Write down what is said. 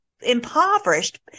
impoverished